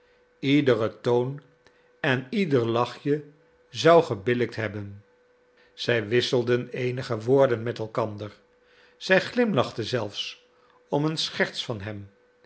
iederen toon en ieder lachje zou gebillijkt hebben zij wisselden eenige woorden met elkander zij glimlachte zelfs om een scherts van hem